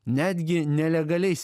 netgi nelegaliais